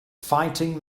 fighting